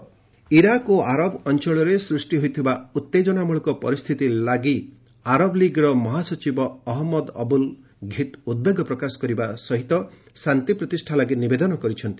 Arabic Iraq Iraq ଓ ଆରବ ଅଞ୍ଚଳରେ ସୃଷ୍ଟି ହୋଇଥିବା ଉତ୍ତେଜନାମୂଳକ ପରିସ୍ଥିତି ଲାଗି ଆରବ ଲିଗ୍ର ମହାସଚିବ ଅହମ୍ମଦ ଅବୁଲ୍ ଘିଟ୍ ଉଦ୍ବେଗ ପ୍ରକାଶ କରିବା ସହ ଶାନ୍ତି ପ୍ରତିଷ୍ଠା ଲାଗି ନିବେଦନ କରିଛନ୍ତି